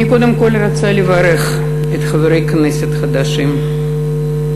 אני קודם כול רוצה לברך את חברי הכנסת החדשים בכנסת